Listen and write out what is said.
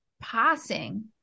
passing